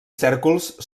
cèrcols